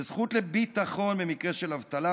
וזכות לביטחון במקרה של אבטלה,